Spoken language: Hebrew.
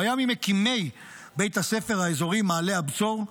הוא היה ממקימי בית הספר האזורי מעלה הבשור,